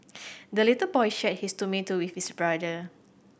the little boy shared his tomato with his brother